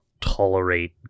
tolerate